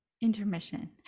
Intermission